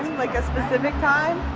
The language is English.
like a specific time?